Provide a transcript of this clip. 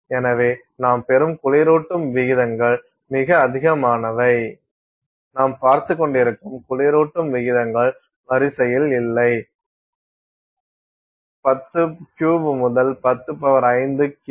எனவே நாம் பெறும் குளிரூட்டும் விகிதங்கள் மிக அதிகமானவை நாம் பார்த்துக் கொண்டிருக்கும் குளிரூட்டும் விகிதங்கள் வரிசையில் இல்லை 103 முதல் 105 Ks